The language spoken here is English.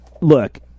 look